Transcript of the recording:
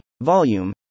volume